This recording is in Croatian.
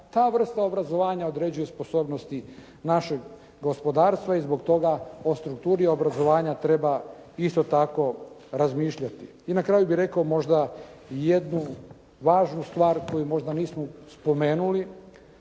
ta vrsta obrazovanja određuje sposobnosti našeg gospodarstva i zbog toga o strukturi obrazovanja treba isto tako razmišljati. I na kraju bih rekao možda, jednu važnu stvar, koju možda nismo spomenuli,